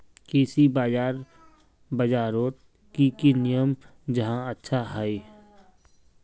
कृषि बाजार बजारोत की की नियम जाहा अच्छा हाई?